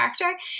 character